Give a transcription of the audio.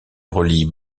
relie